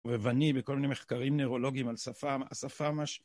בכל מיני מחקרים נאורולוגיים על שפה, שפה מה...